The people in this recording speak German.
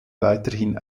weiterhin